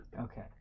Okay